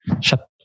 Shut